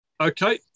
Okay